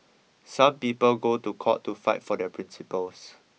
some people go to court to fight for their principles